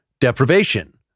deprivation